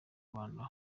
rwanda